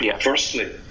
Firstly